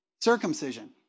circumcision